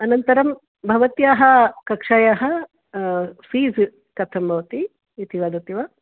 अनन्तरं भवत्याः कक्षायाः फ़ीस् कथं भवति इति वदति वा